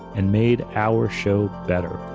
and made our show better.